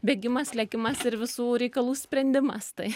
bėgimas lėkimas ir visų reikalų sprendimas tai